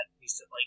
recently